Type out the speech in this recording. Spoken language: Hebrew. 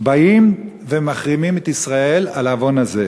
באים ומחרימים את ישראל על העוון הזה.